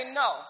no